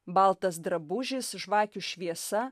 baltas drabužis žvakių šviesa